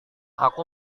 aku